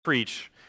preach